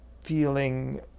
feeling